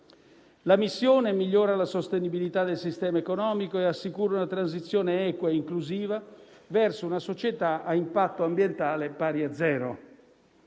La missione migliora la sostenibilità del sistema economico e assicura una transizione equa e inclusiva verso una società a impatto ambientale pari a zero.